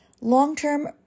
long-term